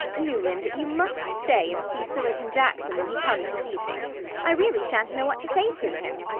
newland, you must stay and see sillerton jackson when he comes this evening i really shan't know what to say to him.